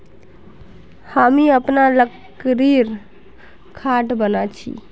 हामी अखना लकड़ीर खाट बना छि